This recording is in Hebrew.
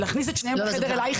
להכניס את שניהם אליך לחדר.